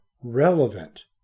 relevant